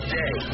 day